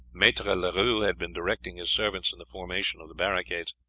maitre leroux had been directing his servants in the formation of the barricades.